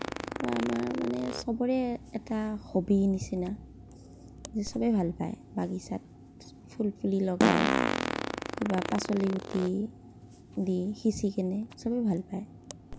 মই আমাৰ মানে সবৰে এটা হবিৰ নিচিনা সবে ভাল পায় বাগিছাত ফুলপুলি লগাই কিবা পাচলি গুটি দি সিঁচি কিনে সবেই ভাল পায়